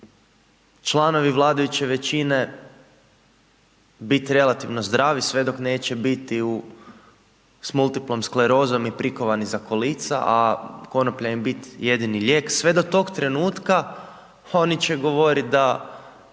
članovi vladajuće većine biti relativno zdravi, sve dok neće biti u s multipla sklerozom i prikovani za kolica, a konoplja im biti jedini lijek. Sve do tog trenutka, oni će govoriti, da